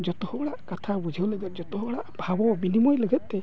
ᱡᱚᱛᱚ ᱦᱚᱲᱟᱜ ᱠᱟᱛᱷᱟ ᱵᱩᱡᱷᱟᱹᱣ ᱞᱟᱹᱜᱤᱫ ᱡᱚᱛᱚ ᱦᱚᱲᱟᱜ ᱵᱷᱟᱵᱚ ᱵᱤᱱᱤᱢᱚᱭ ᱞᱟᱹᱜᱤᱫᱛᱮ